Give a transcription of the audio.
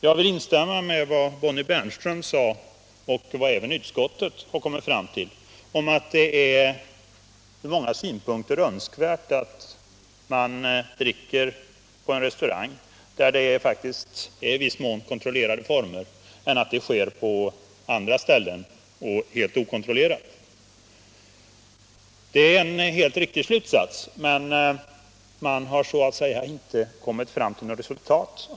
Jag vill instämma i vad Bonnie Bernström sade och vad även utskottet har kommit fram till, nämligen att det ur många synpunkter är att föredra att man dricker på en restaurang, dvs. under i viss mån kontrollerade former, framför att det sker på andra ställen och helt okontrollerat. Det är en helt riktig slutsats, som dock inte har lett fram till något resultat.